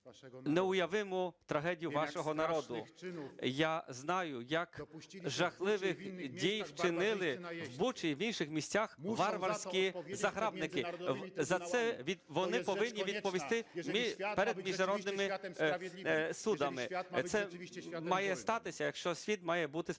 неуявиму трагедію вашого народу, я знаю, яких жахливих дій вчинили в Бучі і в інших містах варварські загарбники. За це вони повинні відповісти перед міжнародними судами. Це має статися, якщо світ має бути справедливий